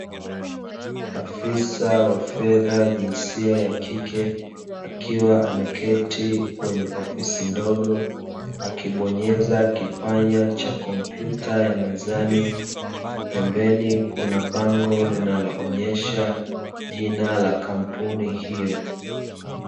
Afisa wa fedha jinsia ya kike akiwa ameketi kwenye ofisi ndogo akibonyeza kipanya cha kompyuta ya mezani, pembeni kuna bango linaloonyesha jina la kampuni hiyo.